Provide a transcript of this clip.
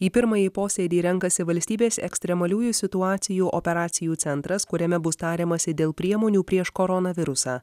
į pirmąjį posėdį renkasi valstybės ekstremaliųjų situacijų operacijų centras kuriame bus tariamasi dėl priemonių prieš koronavirusą